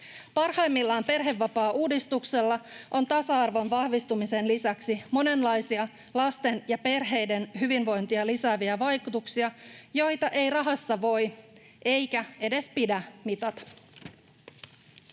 Parhaimmillaan perhevapaauudistuksella on tasa-arvon vahvistumisen lisäksi monenlaisia lasten ja perheiden hyvinvointia lisääviä vaikutuksia, joita ei rahassa voi, eikä edes pidä, mitata.